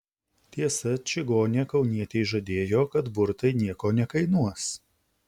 tiesa čigonė kaunietei žadėjo kad burtai nieko nekainuos